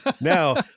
Now